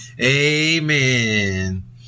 Amen